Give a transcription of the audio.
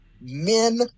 men